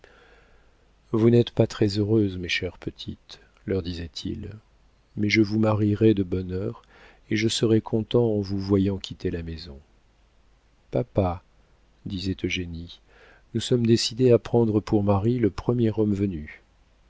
vous n'êtes pas très heureuses mes chères petites leur disait-il mais je vous marierai de bonne heure et je serai content en vous voyant quitter la maison papa disait eugénie nous sommes décidées à prendre pour mari le premier homme venu